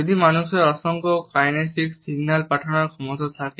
যদি মানুষের অসংখ্য কাইনেসিক সিগন্যাল পাঠানোর ক্ষমতা থাকে